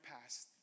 past